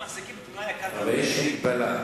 אבל יש מגבלה.